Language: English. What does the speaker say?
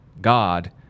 God